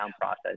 process